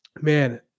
man